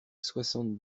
soixante